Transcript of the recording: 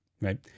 right